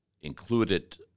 included